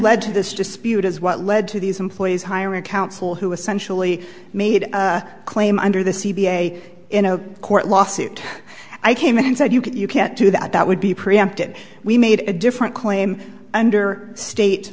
led to this dispute is what led to these employees hiring counsel who essentially made a claim under the c p a in a court lawsuit i came in and said you can't do that that would be preempted we made a different claim under state